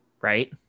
Right